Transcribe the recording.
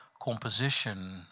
composition